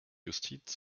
justiz